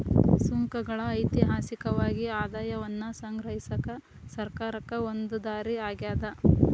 ಸುಂಕಗಳ ಐತಿಹಾಸಿಕವಾಗಿ ಆದಾಯವನ್ನ ಸಂಗ್ರಹಿಸಕ ಸರ್ಕಾರಕ್ಕ ಒಂದ ದಾರಿ ಆಗ್ಯಾದ